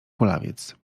kulawiec